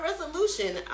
resolution